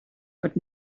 but